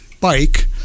bike